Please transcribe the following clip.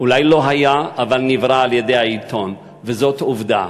אולי לא היה, אבל נברא על-ידי העיתון, וזאת עובדה.